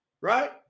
right